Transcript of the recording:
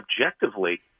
objectively